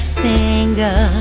finger